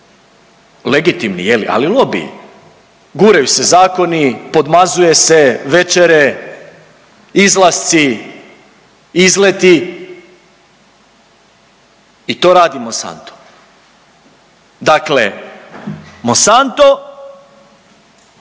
legitimni, ali lobiji. Guraju se zakoni, podmazuje se večere, izlasci, izleti i to radi Monsanto. Dakle, Monsanto